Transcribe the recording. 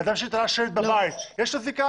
אדם שתלה שלט בבית, יש לו זיקה?